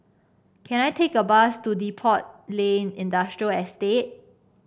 can I take a bus to Depot Lane Industrial Estate